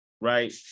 right